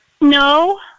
No